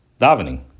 davening